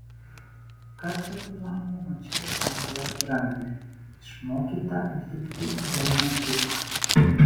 kartą tailande mačiau azijos dramblę išmokytą atlikti vieną triuką